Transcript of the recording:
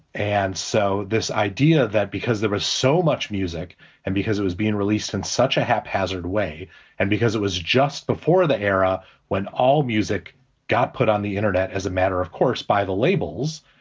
and so this idea that because there was so much music and because it was being released in such a haphazard way and because it was just before the era when all music got put on the internet, as a matter of course, by the labels